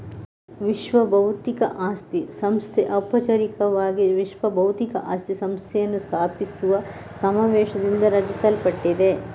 ವಿಶ್ವಬೌದ್ಧಿಕ ಆಸ್ತಿ ಸಂಸ್ಥೆ ಔಪಚಾರಿಕವಾಗಿ ವಿಶ್ವ ಬೌದ್ಧಿಕ ಆಸ್ತಿ ಸಂಸ್ಥೆಯನ್ನು ಸ್ಥಾಪಿಸುವ ಸಮಾವೇಶದಿಂದ ರಚಿಸಲ್ಪಟ್ಟಿದೆ